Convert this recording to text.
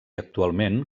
actualment